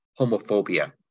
homophobia